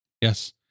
Yes